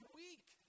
week